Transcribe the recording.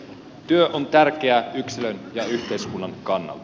työ on tärkeä yksilön ja yhteiskunnan kannalta